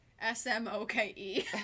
S-M-O-K-E